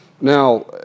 Now